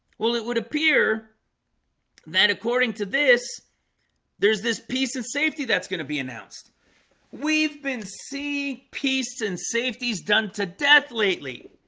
well, it would appear that according to this there's this piece of safety that's going to be announced we've been seeing peace and safeties done to death lately